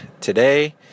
today